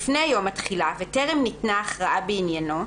לפני יום התחילה וטרם ניתנה הכרעה בעניינו,